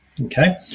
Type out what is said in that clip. okay